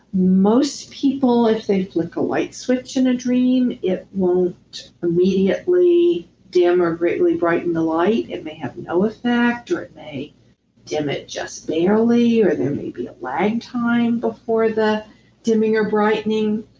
most people, if they flick a light switch in a dream, it won't immediately dim or greatly brighten the light. it might have no effect, or it may dim it just barely, or there may be a lag time before the dimming or brightening.